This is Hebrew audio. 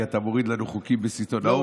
כי אתה מוריד לנו חוקים בסיטונאות,